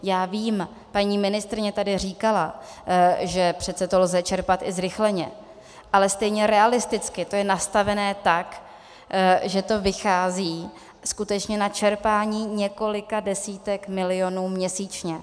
Já vím, paní ministryně tady říkala, že přece to lze čerpat i zrychleně, ale stejně realisticky to je nastavené tak, že to vychází skutečně na čerpání několika desítek milionů měsíčně.